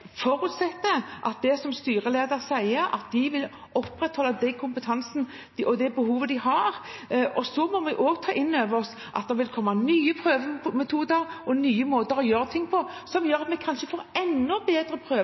de vil opprettholde den kompetansen og det behovet de har. Vi må også ta inn over oss at det vil komme nye prøvemetoder og nye måter å gjøre ting på som gjør at vi kanskje får enda bedre